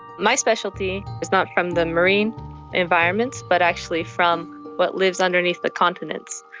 my specialty is not from the marine environments but actually from what lives underneath the continents.